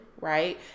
right